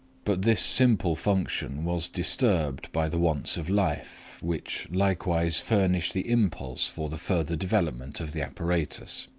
but this simple function was disturbed by the wants of life, which likewise furnish the impulse for the further development of the apparatus.